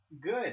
Good